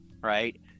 right